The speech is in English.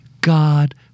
God